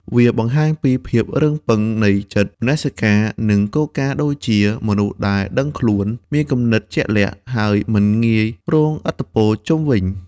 វាបង្ហាញពីភាពរឹងប៉ឹងនៃចិត្ត មនសិការ និងគោលការណ៍ ដូចជាមនុស្សដែលដឹងខ្លួន មានគំនិតជាក់លាក់ ហើយមិនងាយរងឥទ្ធិពលពីជុំវិញ។